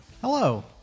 Hello